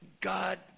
God